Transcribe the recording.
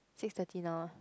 six thirty now ah